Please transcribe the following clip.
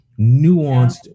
nuanced